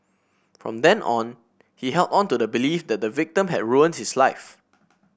from then on he held on to the belief that the victim had ruined his life